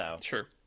Sure